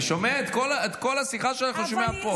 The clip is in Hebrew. את כל השיחה שלך אני שומע פה.